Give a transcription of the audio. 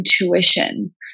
intuition